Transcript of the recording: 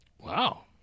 Wow